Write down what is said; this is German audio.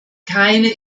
keine